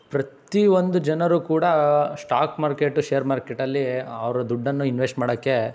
ಪ್ರತಿ ಒಂದು ಜನರು ಕೂಡ ಸ್ಟಾಕ್ ಮಾರ್ಕೆಟು ಶೇರ್ ಮಾರ್ಕೆಟಲ್ಲಿ ಅವರು ದುಡ್ಡನ್ನು ಇನ್ವೆಸ್ಟ್ ಮಾಡೋಕ್ಕೆ